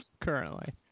currently